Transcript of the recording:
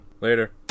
later